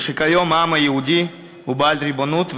וכיום העם היהודי הוא בעל ריבונות ועוצמה,